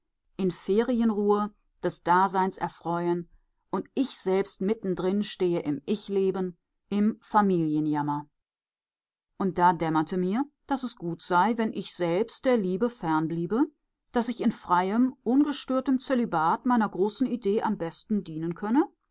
in ferienruhe des daseins erfreuen und ich selbst mittendrin stehe im ichleben im familienjammer und da dämmerte mir daß es gut sei wenn ich selbst der liebe fernbliebe daß ich in freiem ungestörtem zölibat meiner großen idee am besten dienen könne